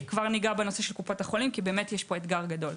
כבר ניגע בנושא של קופות החולים כי יש פה אתגר גדול.